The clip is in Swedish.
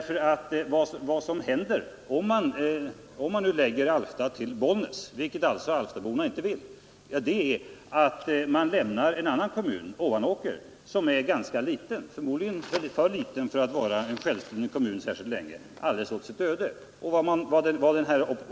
För vad som händer om man lägger Alfta till Bollnäs — vilket alltså Alftaborna inte vill — är att man lämnar en annan kommun, Ovanåker, som är ganska liten, förmodligen för liten för att vara en självständig kommun särskilt länge, helt åt sitt öde.